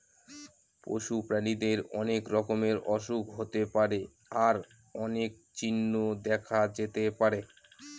পশু প্রাণীদের অনেক রকমের অসুখ হতে পারে যার অনেক চিহ্ন দেখা যেতে পারে